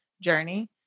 journey